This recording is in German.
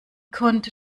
konnte